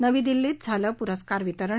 नवी दिल्लीत झाले पुरस्कार वितरण